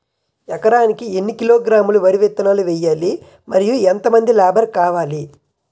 ఎకరానికి ఎన్ని కిలోగ్రాములు వరి విత్తనాలు వేయాలి? మరియు ఎంత మంది లేబర్ కావాలి?